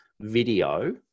video